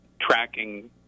tracking